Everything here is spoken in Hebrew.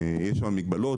יש שם מגבלות,